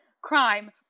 Crime